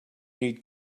need